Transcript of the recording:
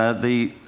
ah the